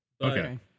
Okay